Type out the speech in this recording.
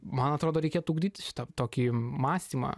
man atrodo reikėtų ugdyti šitą tokį mąstymą